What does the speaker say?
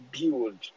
build